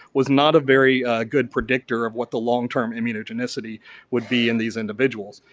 was not a very good predictor of what the long-term immunogenicity would be in these individuals.